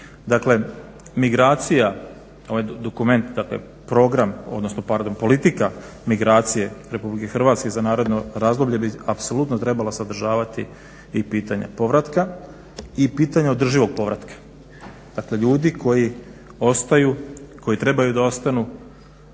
Dakle, migracija ovaj dokument, dakle program odnosno pardon politika migracije RH za naredno razdoblje bi apsolutno trebala sadržavati i pitanja povratka i pitanja održivog povratka dakle ljudi koji ostaju, koji treba da ostanu